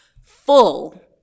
full